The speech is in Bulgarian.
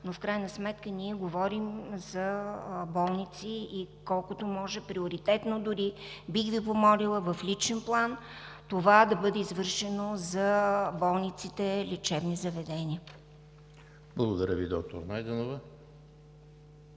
но в крайна сметка, ние говорим за болници и колкото се може приоритетно, дори бих Ви помолила в личен план, това да бъде извършено за болниците лечебни заведения. ПРЕДСЕДАТЕЛ ЕМИЛ ХРИСТОВ: Благодаря Ви, доктор Найденова.